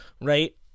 right